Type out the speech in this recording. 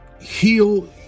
heal